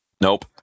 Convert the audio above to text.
Nope